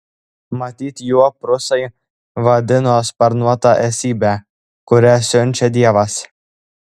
matyt juo prūsai vadino sparnuotą esybę kurią siunčia dievas